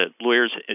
lawyers